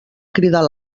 cridar